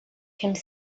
can